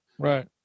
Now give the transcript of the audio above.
Right